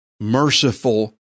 merciful